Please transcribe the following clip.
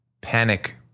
panic